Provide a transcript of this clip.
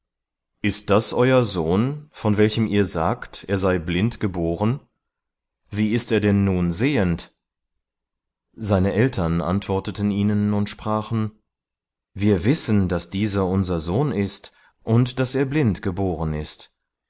ist das euer sohn von welchem ihr sagt er sei blind geboren wie ist er denn nun sehend seine eltern antworteten ihnen und sprachen wir wissen daß dieser unser sohn ist und daß er blind geboren ist